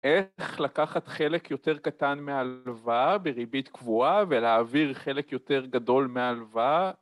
איך לקחת חלק יותר קטן מהלוואה בריבית קבועה ולהעביר חלק יותר גדול מהלוואה?